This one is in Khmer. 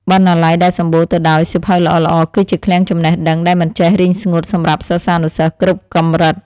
បណ្ណាល័យដែលសំបូរទៅដោយសៀវភៅល្អៗ គឺជាឃ្លាំងចំណេះដឹងដែលមិនចេះរីងស្ងួតសម្រាប់សិស្សានុសិស្សគ្រប់កម្រិត។